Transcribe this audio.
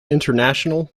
international